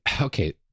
okay